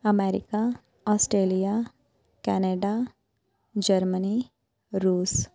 America Australia Canada Germany Russia